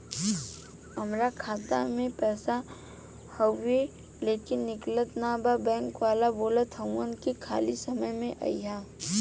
हमार खाता में पैसा हवुवे लेकिन निकलत ना बा बैंक वाला बोलत हऊवे की खाली समय में अईहा